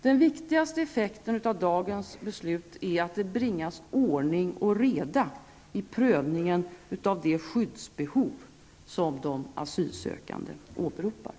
Den viktigaste effekten av dagens beslut är att det bringas ordning och reda i prövningen av det skyddsbehov som de asylsökande åberopar.